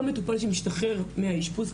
כל מטופל שמשתחרר מהאשפוז,